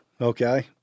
okay